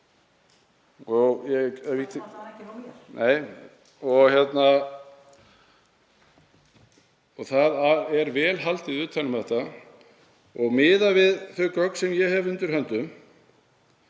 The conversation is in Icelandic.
í.) Það er vel haldið utan um þetta og miðað við þau gögn sem ég hef undir höndum